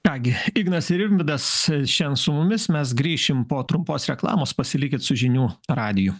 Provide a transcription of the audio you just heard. ką gi ignas ir rimvydas šen su mumis mes grįšim po trumpos reklamos pasilikit su žinių radiju